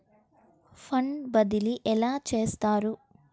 Fund బదిలీ ఎలా చేస్తారు?